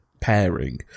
pairing